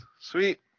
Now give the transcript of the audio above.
sweet